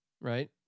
right